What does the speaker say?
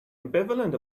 ambivalent